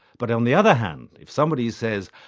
but on the other hand if somebody says,